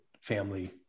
family